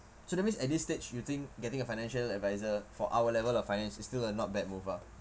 so that means at this stage you think getting a financial advisor for our level of finance is still a not bad move ah